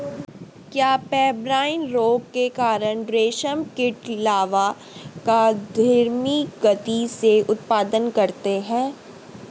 क्या पेब्राइन रोग के कारण रेशम कीट लार्वा का धीमी गति से उत्पादन करते हैं?